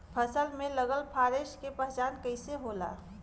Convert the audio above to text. फसल में लगल फारेस्ट के पहचान कइसे होला?